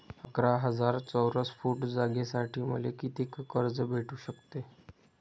अकरा हजार चौरस फुट जागेसाठी मले कितीक कर्ज भेटू शकते?